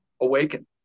awaken